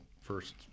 first